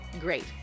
great